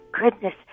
goodness